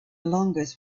longest